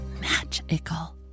magical